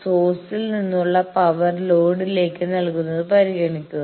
സോഴ്സിൽ നിന്നുള്ള പവർ ലോഡിലേക്ക് നൽകുന്നത് പരിഗണിക്കുക